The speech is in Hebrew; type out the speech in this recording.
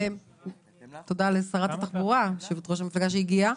תודה לשרת התחבורה, יושבת-ראש המפלגה שהגיעה.